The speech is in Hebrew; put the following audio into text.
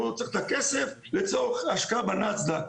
הוא צריך את הכסף לצורך השקעה בנסד"ק.